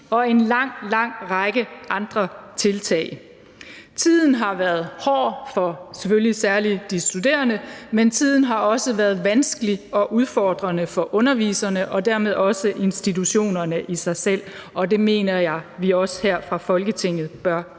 og en lang, lang række andre tiltag. Tiden har været hård, selvfølgelig særlig for de studerende, men tiden har også været vanskelig og udfordrende for underviserne og dermed også institutionerne i sig selv, og det mener jeg at vi også her fra Folketingets side bør